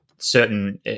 certain